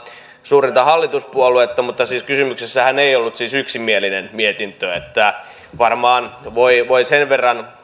suurinta hallituspuoluetta mutta siis kysymyksessähän ei ollut yksimielinen mietintö että varmaan voi voi sen verran